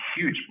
huge